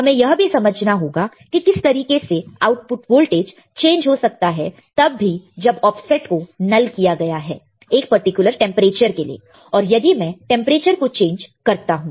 हमें यह भी समझना होगा कि किस तरीके से आउटपुट वोल्टेज चेंज हो सकता है तब भी जब ऑफसेट को नल किया गया है एक पर्टिकुलर टेंपरेचर के लिए और यदि मैं टेंपरेचर को चेंज करता हूं